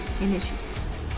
Initiatives